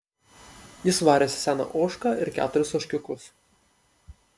jis varėsi seną ožką ir keturis ožkiukus